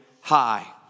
high